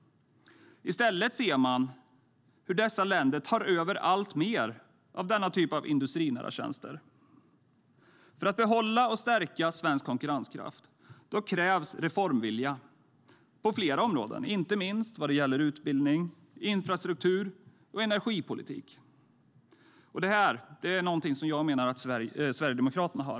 I stället ser man hur dessa länder tar över alltmer av denna typ av industrinära tjänster. För att behålla och stärka svensk konkurrenskraft krävs reformvilja på flera områden, inte minst vad gäller utbildning, infrastruktur och energipolitik. Och det är någonting som jag menar att Sverigedemokraterna har.